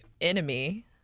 enemy